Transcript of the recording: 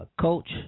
coach